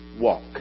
walk